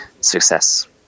success